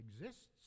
exists